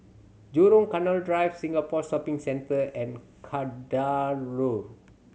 Jurong Canal Drive Singapore Shopping Centre and Kadaloor